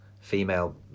female